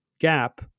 gap